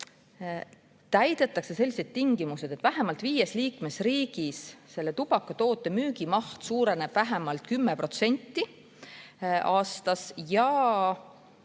täidetakse sellised tingimused, et vähemalt viies liikmesriigis selle tubakatoote müügimaht suureneb vähemalt 10% aastas ja